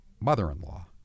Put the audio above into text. mother-in-law